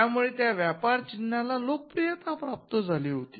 त्यामुळे त्या व्यापार चिन्हाला लोकप्रियता प्राप्त झाली होती